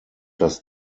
das